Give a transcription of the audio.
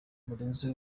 murenzi